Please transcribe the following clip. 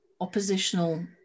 oppositional